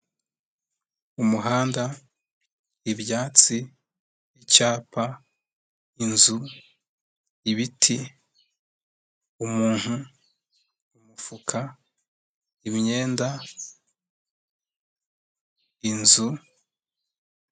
Umuhanda, ibyatsi, icyapa, inzu, ibiti, umuntu, umufuka, imyenda, inzu.